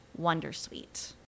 Wondersuite